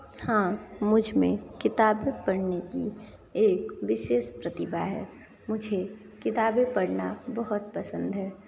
हाँ मुझ में किताबें पढ़ने की एक विशेष प्रतिभा है मुझे किताबें पढ़ना बहुत पसंद है